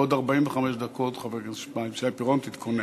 בעוד 45 דקות, חבר הכנסת שי פירון, תתכונן.